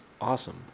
awesome